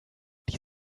die